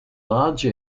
large